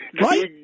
Right